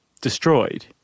destroyed